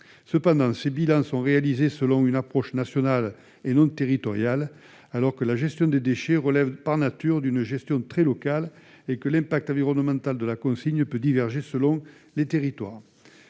Cependant, ces bilans sont réalisés selon une approche nationale, et non territoriale, alors que la gestion des déchets relève par nature d'une gestion très locale et que l'impact environnemental de la consigne peut diverger selon les territoires.